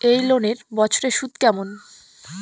এই লোনের বছরে সুদ কেমন?